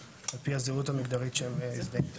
על פי הזהות המגדרית שהם מזדהים איתה.